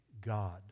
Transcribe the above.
God